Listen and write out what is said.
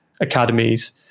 academies